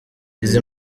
izi